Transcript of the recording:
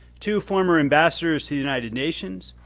two former ambassadors to the united nations,